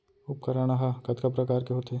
उपकरण हा कतका प्रकार के होथे?